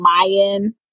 Mayan